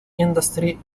industry